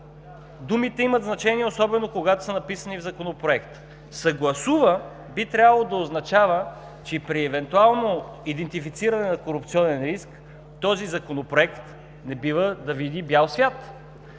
думите имат значение, особено когато са написани в законопроект. „Съгласува“ би трябвало да означава, че при евентуално идентифициране на корупционен риск този законопроект не бива да види бял свят.